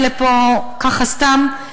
אני לא הגעתי לפה ככה סתם,